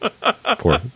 Poor